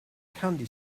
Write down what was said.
candy